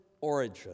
origin